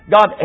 God